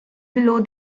below